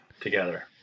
together